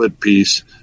piece